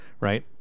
right